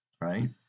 right